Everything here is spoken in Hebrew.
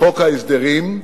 חוק ההסדרים,